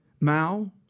Mao